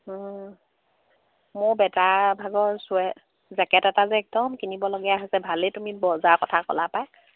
মোৰ বেটাৰ ভাগৰ চুৱেটাৰ জেকেট এটা যে একদম কিনিবলগীয়া হৈ আছে ভালেই তুমি বজাৰৰ কথা কলা পায়